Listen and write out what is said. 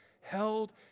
held